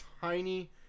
tiny